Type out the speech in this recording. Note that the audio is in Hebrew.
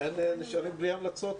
הישיבה ננעלה בשעה